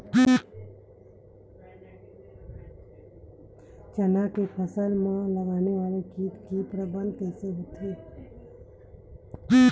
चना के फसल में लगने वाला कीट के प्रबंधन कइसे होथे?